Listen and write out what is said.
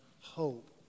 hope